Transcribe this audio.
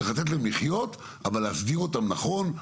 צריך לתת להם לחיות אבל להסדיר אותם נכון.